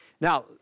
Now